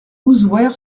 ouzouer